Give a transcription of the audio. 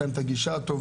יש להן את הגישה הטובה.